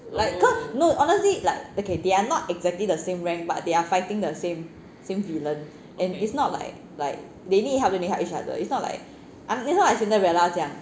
like cause no honestly like okay they are not exactly the same rank but they are fighting the same same villains and it's not like like they need help then they help each other but it's not like it's not like cinderella 这样